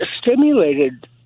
stimulated